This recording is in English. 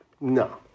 No